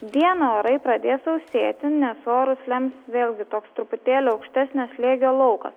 dieną orai pradės sausėti nes orus lems vėlgi toks truputėlį aukštesnio slėgio laukas